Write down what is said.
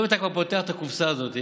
אם אתה כבר פותח את הקופסה הזאת,